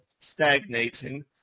stagnating